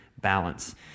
balance